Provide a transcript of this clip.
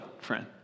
friend